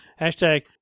Hashtag